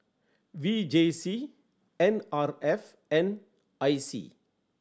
V J C N R F N I C